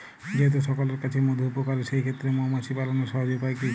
যেহেতু সকলের কাছেই মধু উপকারী সেই ক্ষেত্রে মৌমাছি পালনের সহজ উপায় কি?